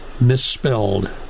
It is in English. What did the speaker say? misspelled